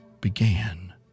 began